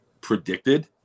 predicted